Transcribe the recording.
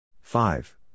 Five